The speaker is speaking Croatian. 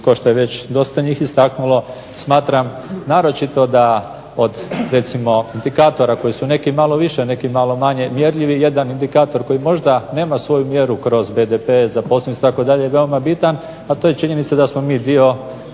kao što je već dosta njih istaknulo smatram naročito da od recimo indikatora koji su neki malo više, a neki malo manje mjerljivi jedan indikator koji možda nema svoju mjeru kroz BDP, zaposlenost itd. je veoma bitan, a to je činjenica da smo mi dio